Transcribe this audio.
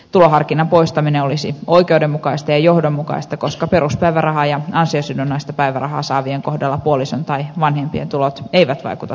tuloharkinnan poistaminen olisi oikeudenmukaista johdonmukaista koska peruspäiväraha ja ansiosidonnaista päivärahaa saavien kohdalla puolison tai vanhempien tulot eivät vaikuta